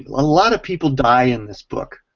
lot of people die in this book.